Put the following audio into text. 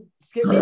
Skip